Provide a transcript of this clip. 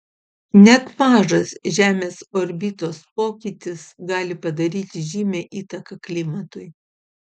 net mažas žemės orbitos pokytis gali padaryti žymią įtaką klimatui